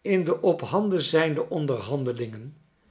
in de ophanden zijnde onderhandelingen